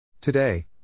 Today